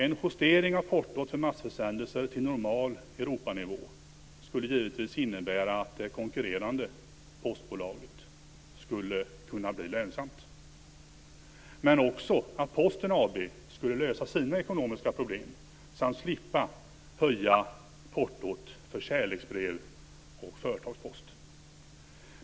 En justering av portot för massförsändelser till normal Europanivå skulle givetvis innebära att det konkurrerande postbolaget skulle kunna bli lönsamt men också att Posten AB skulle lösa sina ekonomiska problem samt slippa höja portot för kärleksbrev och företagspost.